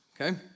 Okay